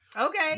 Okay